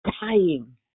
dying